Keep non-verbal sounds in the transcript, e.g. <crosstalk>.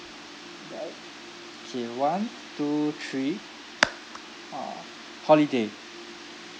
<noise> K one two three uh holiday